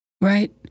Right